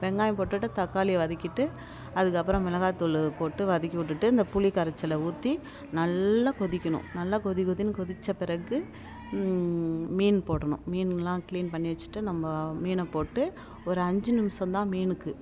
வெங்காயம் போட்டுட்டு தக்காளியை வதக்கிட்டு அதுக்கப்புறம் மிளகாத்தூள் போட்டு வதக்கி விட்டுட்டு இந்த புளிக்கரைச்சலை ஊற்றி நல்லா கொதிக்கணும் நல்லா கொதி கொதின்னு கொதித்த பிறகு மீன் போடணும் மீன்லாம் கிளீன் பண்ணி வச்சுட்டு நம்ம மீனை போட்டு ஒரு அஞ்சு நிமிஷம் தான் மீனுக்கு